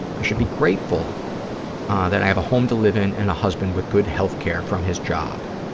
i should be grateful that i have a home to live in and a husband with good health care from his job.